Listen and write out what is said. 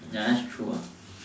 ya that's true ah